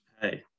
Hey